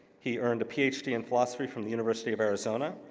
he earned a ph d. in philosophy from the university of arizona.